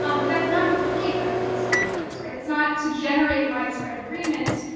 um but that's not the point of a piece like this, right? it's not to generate widespread agreement.